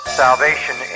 salvation